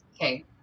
Okay